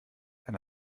eine